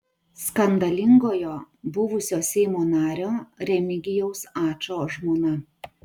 skandalingojo buvusio seimo nario remigijaus ačo žmona